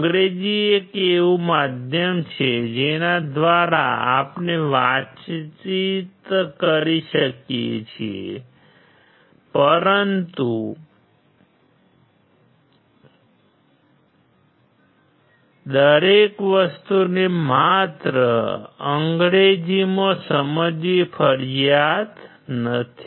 અંગ્રેજી એક એવું માધ્યમ છે જેના દ્વારા આપણે વાતચીત કરી શકીએ છીએ ઉપરંતુ દરેક વસ્તુને માત્ર અંગ્રેજીમાં સમજવી ફરજિયાત નથી